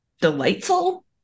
delightful